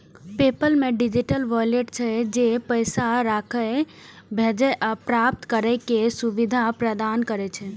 PayPal मे digital wallet छै, जे पैसा राखै, भेजै आ प्राप्त करै के सुविधा प्रदान करै छै